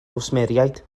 gwsmeriaid